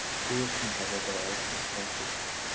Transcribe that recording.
tourist and travel guides and scrapbooks.